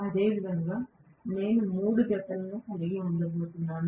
అదేవిధంగా నేను మూడు జతలను కలిగి ఉండబోతున్నాను